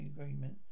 agreement